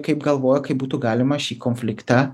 kaip galvoja kaip būtų galima šį konfliktą